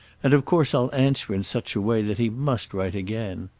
and of course i'll answer in such a way that he must write again.